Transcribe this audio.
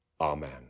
Amen